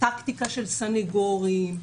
טקטיקה של סנגורים,